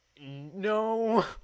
No